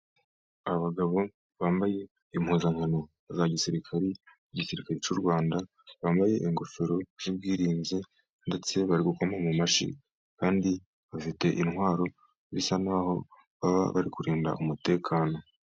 Abagabo bambaye impuzankano za gisirikari, igisirikare cy'u Rwanda, bambaye ingofero z'ubwirinzi, ndetse bari gukoma mu mashyi, kandi bafite intwaro bisa n'aho baba bari kurinda umutekano.